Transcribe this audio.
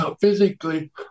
physically